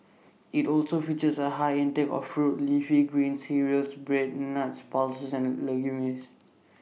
IT also features A high intake of fruit leafy greens cereals bread nuts pulses and legumes